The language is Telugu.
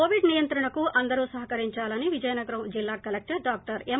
కోవిడ్ నియంత్రణకు అందరూ సహకరిందాలని విజయనగరం జిల్లా కలెక్లర్ డాక్లర్ ఎం